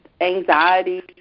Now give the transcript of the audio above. anxiety